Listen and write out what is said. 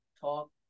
Talk